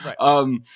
Right